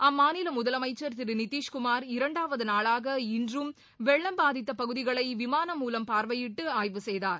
அம்மாநில முதலமைச்சர் திரு நிதிஷ்குமார் இரண்டாவது நாளாக இன்றும் வெள்ளம் பாதித்த பகுதிகளை விமானம் மூலம் பார்வையிட்டு ஆய்வு செய்தார்